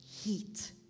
Heat